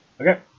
Okay